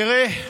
תראה,